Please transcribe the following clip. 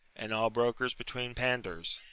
and all brokers between pandars.